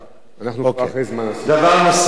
דבר נוסף.